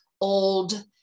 old